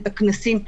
את הכנסים,